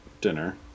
dinner